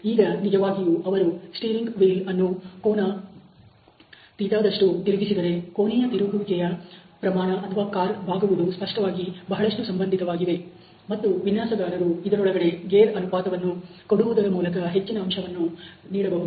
ಈಗ ನಿಜವಾಗಿಯೂ ಅವರು ಸ್ಟಿಯರಿಂಗ್ ವೀಲ್ ಅನ್ನು ಕೋನ 'Ɵ' ದಷ್ಟು angle Ɵ ತಿರುಗಿಸಿದರೆ ಕೋನೀಯ ತಿರುವಿಕೆಯ ಪ್ರಮಾಣ ಅಥವಾ ಕಾರ್ ಬಾಗುವುದು ಸ್ಪಷ್ಟವಾಗಿ ಬಹಳಷ್ಟು ಸಂಬಂಧಿತವಾಗಿವೆ ಮತ್ತು ವಿನ್ಯಾಸಗಾರರು ಇದರೊಳಗಡೆ ಗೇರ್ ಅನುಪಾತ ವನ್ನುಕೊಡುವುದರ ಮೂಲಕ ಹೆಚ್ಚಿನ ಅಂಶವನ್ನು ಕೊಡಬಹುದು